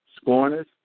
scorners